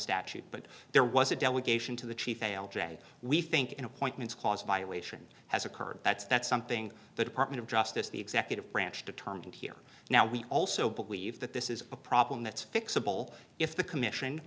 statute but there was a delegation to the chief a l j we think in appointments clause violation has occurred that's that's something the department of justice the executive branch determined here now we also believe that this is a problem that's fixable if the commission